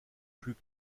plus